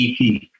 EP